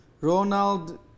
Ronald